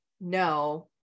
no